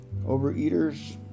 overeaters